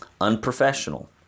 unprofessional